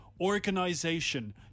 Organization